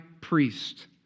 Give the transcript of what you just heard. priest